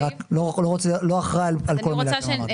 אני רק לא אחראי על כל מילה שאמרתי.